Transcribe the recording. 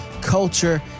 culture